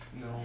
No